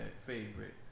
favorite